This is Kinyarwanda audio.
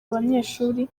banyeshuri